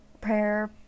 prayer